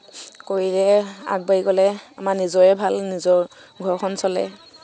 কৰিলে আগবাঢ়ি গ'লে আমাৰ নিজৰে ভাল নিজৰ ঘৰখন চলে